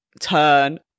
turn